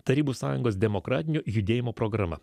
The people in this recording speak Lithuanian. tarybų sąjungos demokratinio judėjimo programa